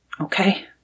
okay